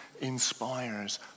inspires